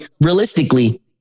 realistically